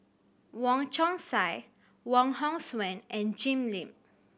Wong Chong Sai Wong Hong Suen and Jim Lim